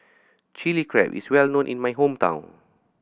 Chili Crab is well known in my hometown